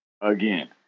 Again